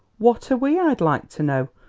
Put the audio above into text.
what are we, i'd like to know?